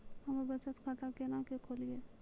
हम्मे बचत खाता केना के खोलियै?